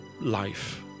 life